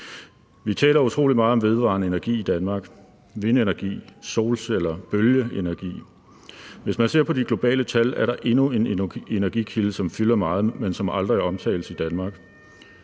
Vi taler utrolig meget om vedvarende energi i Danmark: vindenergi, solceller, bølgeenergi. Hvis man ser på de globale tal, er der endnu en energikilde, som fylder meget, men som aldrig er omtalt i Danmark.